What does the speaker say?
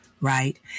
Right